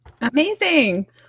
Amazing